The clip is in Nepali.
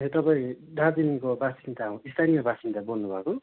ए तपाईँ दार्जिलिङको वासिन्दा स्थानीय वासिन्दा बोल्नु भएको